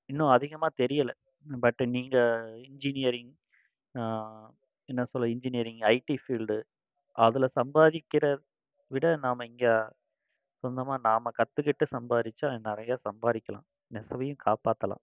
இன்னும் அதிகமாக தெரியலை பட்டு நீங்கள் இன்ஜினியரிங் என்ன சொல்ல இன்ஜினியரிங் ஐடி ஃபீல்டு அதில் சம்பாதிக்கின்ற விட நாம் இங்கே சொந்தமாக நாம் கற்றுக்கிட்டு சம்பாதிச்சா நிறையா சம்பாதிக்கலாம் நெசவையும் காப்பாற்றலாம்